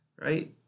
right